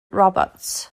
roberts